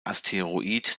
asteroid